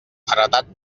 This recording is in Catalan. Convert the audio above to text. heretat